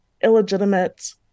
illegitimate